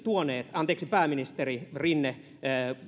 anteeksi pääministeri rinne